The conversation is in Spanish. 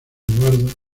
eduardo